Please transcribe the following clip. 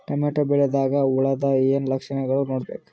Tomato ಬೆಳಿದಾಗ್ ಹುಳದ ಏನ್ ಲಕ್ಷಣಗಳು ನೋಡ್ಬೇಕು?